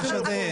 צריך רפורמה.